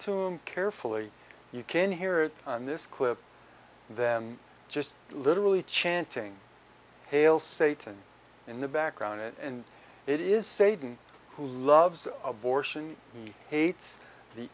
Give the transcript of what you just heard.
to him carefully you can hear it on this clip and then just literally chanting hail satan in the background and it is satan who loves abortion and hates the